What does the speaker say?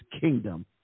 kingdom